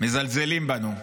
מזלזלים בנו,